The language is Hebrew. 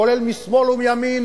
כולל משמאל ומימין,